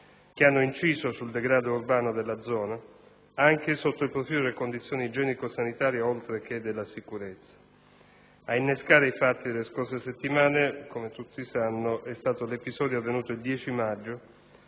che hanno inciso sul degrado urbano della zona, anche sotto il profilo delle condizioni igienico-sanitarie, oltre che della sicurezza. Ad innescare i fatti delle scorse settimane, come tutti sanno, è stato l'episodio avvenuto il 10 maggio,